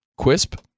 Quisp